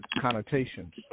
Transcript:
connotations